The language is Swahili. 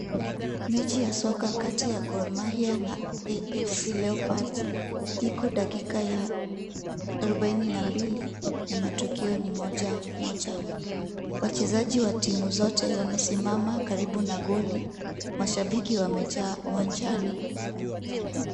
Mechi ya soka kati ya Gor Mahia na Afc Leopards iko dakika ya arubaini na mbili na matokeo ni moja moja wachezaji wa timu zote wamesimama karibu na goli, mashabiki wamejaa uwanjani.